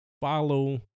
Follow